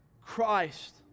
Christ